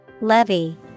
Levy